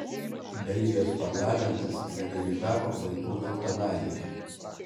belgijos parlamentas legalizavo vaikų eutanaziją